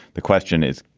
the question is,